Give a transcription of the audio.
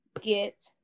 get